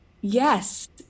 yes